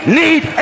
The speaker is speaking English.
need